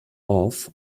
off